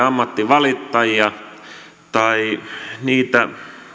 ammattivalittajia tai niitä